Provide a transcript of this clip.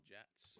Jets